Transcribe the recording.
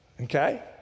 okay